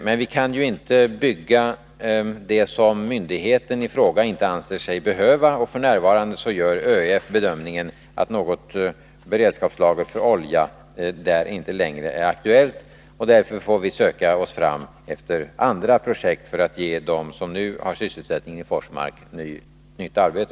Men vi kan ju inte bygga det som myndigheten i fråga inte anser sig behöva, och f. n. gör ÖEF bedömningen att något beredskapslager för olja där inte längre är aktuellt. Därför får vi söka efter andra projekt för att ge dem som nu har sysselsättning i Forsmark nytt arbete.